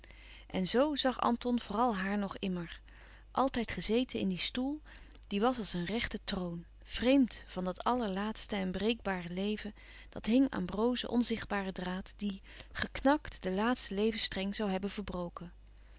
en zoo zag anton vooral haar nog immer altijd gezeten in dien stoel die was als een rechte troon vreemd van dat allerlaatste en breekbaar leven dat hing aan brozen onzichtbaren draad die geknakt den laatsten levensstreng zoû hebben verbroken